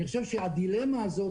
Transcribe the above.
אני חושב שהדילמה הזאת,